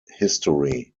history